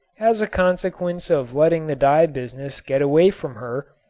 as a consequence of letting the dye business get away from her,